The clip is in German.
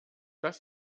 das